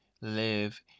live